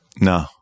no